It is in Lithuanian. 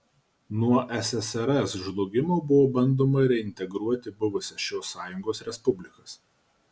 nuo ssrs žlugimo buvo bandoma reintegruoti buvusias šios sąjungos respublikas